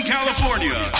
California